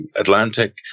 Atlantic